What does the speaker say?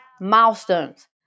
milestones